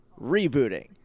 rebooting